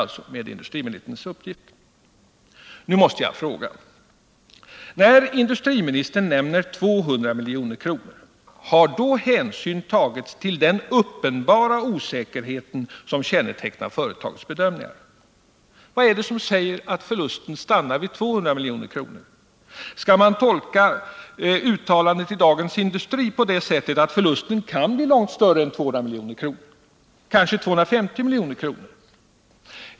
Nu måste jag fråga: När industriministern nämner 200 milj.kr., har då hänsyn tagits till den uppenbara osäkerheten i företagets bedömningar? Vad är det som säger att förlusten stannar vid 200 milj.kr.? Skall man tolka uttalandet i Dagens Industri så att förlusten kan bli långt större än 200 milj.kr. — kanske 250 milj.kr.?